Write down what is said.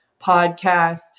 podcast